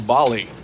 Bali